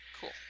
Cool